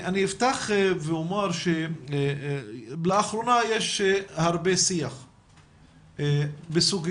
אפתח ואומר שלאחרונה יש הרבה שיח בסוגיית